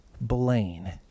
Blaine